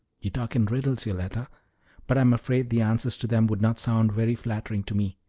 you talk in riddles, yoletta but i'm afraid the answers to them would not sound very flattering to me.